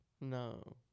No